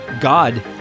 God